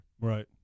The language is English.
Right